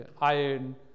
iron